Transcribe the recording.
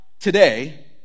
today